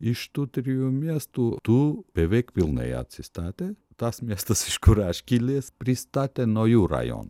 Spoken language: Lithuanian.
iš tų trijų miestų du beveik pilnai atsistatė tas miestas iš kur aš kilęs pristatė naujų rajonų